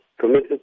committed